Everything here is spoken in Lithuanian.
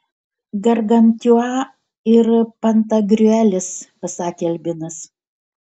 gargantiua ir pantagriuelis pasakė albinas